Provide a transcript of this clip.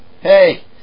Hey